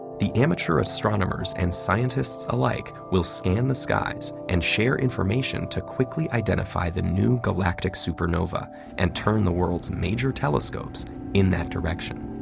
the amateur astronomers and scientists alike will scan the skies and share information to quickly identify the new galactic supernova and turn the world's major telescopes in that direction.